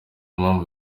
mpamvu